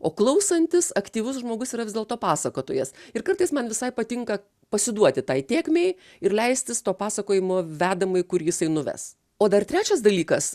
o klausantis aktyvus žmogus yra vis dėlto pasakotojas ir kartais man visai patinka pasiduoti tai tėkmei ir leistis to pasakojimo vedamai kur jisai nuves o dar trečias dalykas